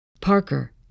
Parker